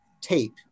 tape